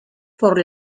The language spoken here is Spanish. por